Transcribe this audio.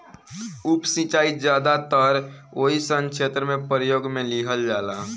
उप सिंचाई ज्यादातर ओइ सन क्षेत्र में प्रयोग में लिहल जाला